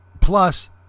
plus